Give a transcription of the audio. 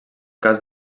cas